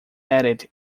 added